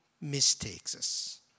mistakes